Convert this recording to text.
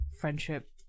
friendship